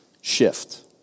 shift